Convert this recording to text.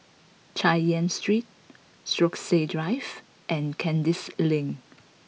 Chay Yan Street Stokesay Drive and Kandis Lane